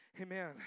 Amen